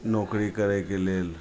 नोकरी करैके लेल